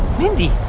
mindy,